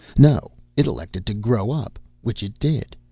no, it elected to grow up, which it did.